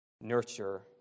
nurture